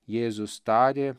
jėzus tarė